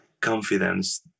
confidence